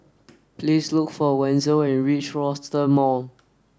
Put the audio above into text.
please look for Wenzel when you reach Rochester Mall